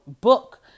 book